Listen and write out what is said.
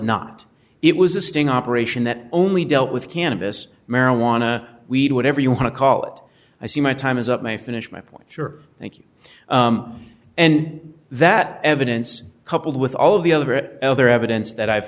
not it was a sting operation that only dealt with cannabis marijuana weed whatever you want to call it i see my time is up my finish my point your thank you and that evidence coupled with all of the other elder evidence that i've